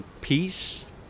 peace